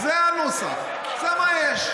זה הנוסח, זה מה יש.